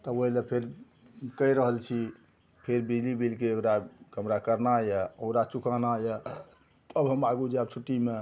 तऽ ओहिले फेर कहि रहल छी फेर बिजली बिलके ओकरा कमरा करना यऽ ओकरा चुकाना यऽ तब हम आगू जाएब छुट्टीमे